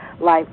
Life